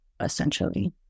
essentially